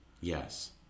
Yes